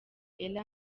ella